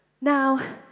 Now